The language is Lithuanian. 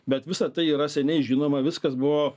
bet visa tai yra seniai žinoma viskas buvo